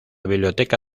biblioteca